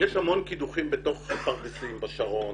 יש המון קידוחים בתוך הפרדסים בשרון